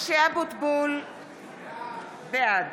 משה אבוטבול, בעד